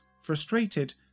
frustrated